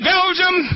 Belgium